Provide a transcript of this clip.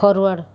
forward